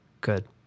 good